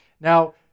Now